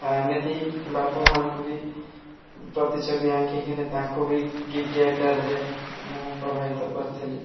ଆଉ ଏମିତି ବାପା ମାଆଙ୍କୁ ବି ପ୍ରତିଛବି ଆଙ୍କିକରି ତାଙ୍କୁ ବି ଗିପ୍ଟ୍ ଆକାରରେ ମୁଁ ପ୍ରବାହିତ କରିଥିଲି